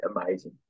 amazing